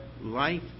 life